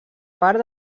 part